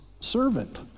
servant